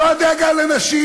לא הדאגה לנשים.